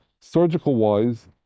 Surgical-wise